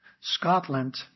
Scotland